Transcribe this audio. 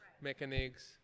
mechanics